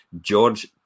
George